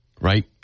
right